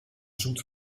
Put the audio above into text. zoet